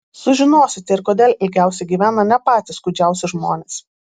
sužinosite ir kodėl ilgiausiai gyvena ne patys kūdžiausi žmonės